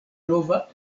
nova